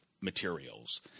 materials